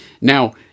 Now